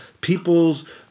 people's